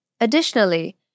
Additionally